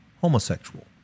homosexual